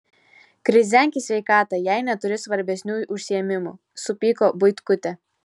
krizenk į sveikatą jei neturi svarbesnių užsiėmimų supyko buitkutė